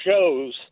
shows